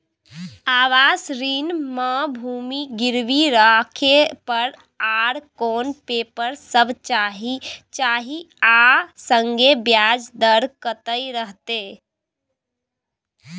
आवास ऋण म भूमि गिरवी राखै पर आर कोन पेपर सब चाही आ संगे ब्याज दर कत्ते रहते?